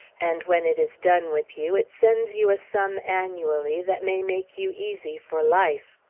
and when it is done with you it sends you a sum annually that may make you easy for life.